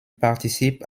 participe